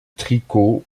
tricot